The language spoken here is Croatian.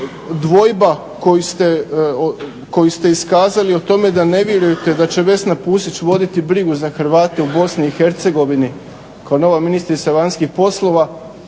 dvojba koju ste iskazali o tome da ne vjerujete da će Vesna Pusić voditi brigu za Hrvate u BiH kao nova ministrica vanjskih poslova,